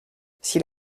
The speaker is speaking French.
s’il